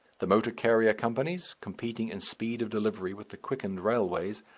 the motor carrier companies, competing in speed of delivery with the quickened railways,